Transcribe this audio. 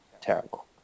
terrible